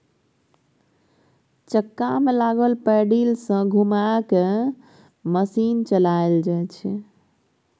चक्का में लागल पैडिल सँ घुमा कय मशीन चलाएल जाइ छै